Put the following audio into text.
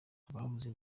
rwabuze